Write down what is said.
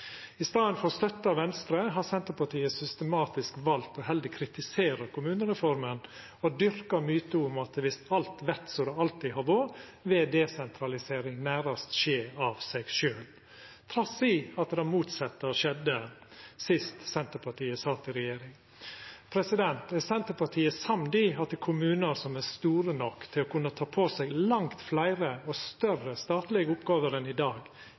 I staden for å støtta Venstre har Senterpartiet systematisk valt heller å kritisera kommunereforma og dyrka myten om at viss alt vert som det alltid har vore, vil desentralisering nærast skje av seg sjølv – trass i at det motsette skjedde sist Senterpartiet satt i regjering. Er Senterpartiet samd i at kommunar som er store nok til å kunna ta på seg langt fleire og større statlege oppgåver enn i dag,